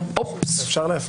כממשלה,